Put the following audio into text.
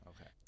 Okay